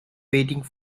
waiting